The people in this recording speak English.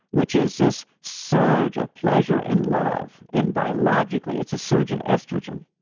which is this surge of pleasure and love and biologically, it's a surge of estrogen.